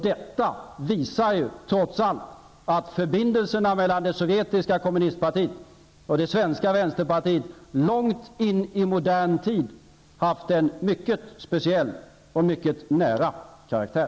Detta visar trots allt att förbindelserna mellan det sovjetiska kommunistpartiet och det svenska vänsterpartiet långt in i modern tid haft en mycket speciell och nära karaktär.